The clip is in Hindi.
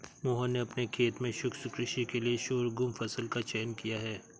मोहन ने अपने खेत में शुष्क कृषि के लिए शोरगुम फसल का चयन किया है